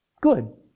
Good